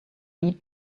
eat